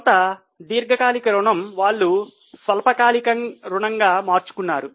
కొత్త దీర్ఘకాలిక రుణం వాళ్ళు స్వల్పకాలిక రుణంగా మార్చుకున్నారు